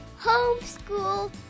Homeschool